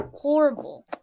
horrible